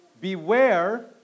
Beware